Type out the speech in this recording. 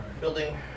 building